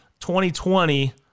2020